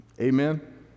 Amen